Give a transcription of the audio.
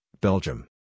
Belgium